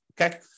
Okay